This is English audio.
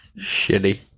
Shitty